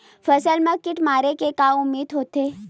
फसल मा कीट मारे के का उदिम होथे?